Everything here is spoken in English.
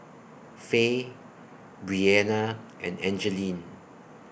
Fay Breana and Angeline